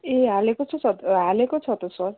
ए हालेको छु त हालेको छ त सर